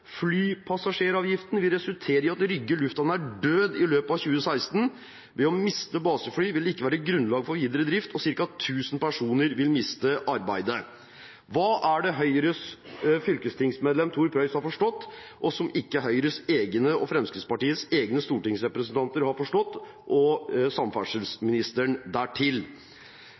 flypassasjeravgiften «vil resultere i at Rygge er død» i løpet av 2016, og at ved å miste basefly «vil det ikke være grunnlag for videre drift og ca. 1 000 personer vil miste arbeidet». Hva er det Høyres fylkestingsmedlem Tor Prøitz har forstått som ikke Høyres og Fremskrittspartiets egne stortingsrepresentanter har forstått – og